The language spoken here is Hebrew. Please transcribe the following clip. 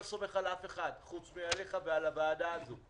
לא סומך על אף אחד חוץ מעליך ועל הוועדה הזאת.